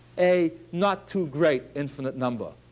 a not-too-great infinite number,